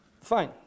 Fine